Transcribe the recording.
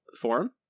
forum